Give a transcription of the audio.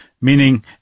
Meaning